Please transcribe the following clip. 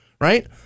right